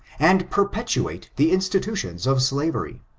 and perpetuate the institution of slavery.